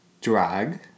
drag